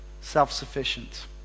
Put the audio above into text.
self-sufficient